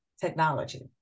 technology